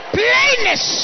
plainness